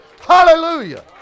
Hallelujah